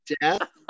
death